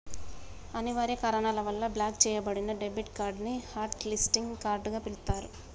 అనివార్య కారణాల వల్ల బ్లాక్ చెయ్యబడిన డెబిట్ కార్డ్ ని హాట్ లిస్టింగ్ కార్డ్ గా పిలుత్తరు